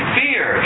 fear